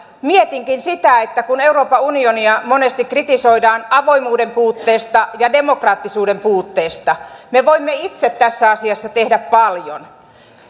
mietinkin sitä että kun euroopan unionia monesti kritisoidaan avoimuuden puutteesta ja demokraattisuuden puutteesta me voimme itse tässä asiassa tehdä paljon